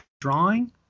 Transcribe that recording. drawing